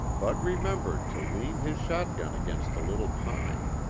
bud remembered to lean his shotgun against a little pine.